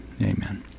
Amen